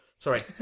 Sorry